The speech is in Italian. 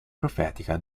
profetica